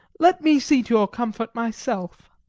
let me see to your comfort myself.